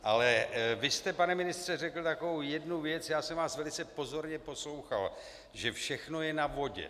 Ale vy jste, pane ministře, řekl takovou jednu věc já jsem vás velice pozorně poslouchal že všechno je na vodě.